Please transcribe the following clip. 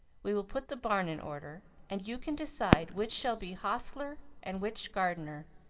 we will put the barn in order, and you can decide which shall be hostler and which gardener,